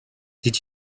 did